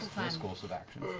course of action.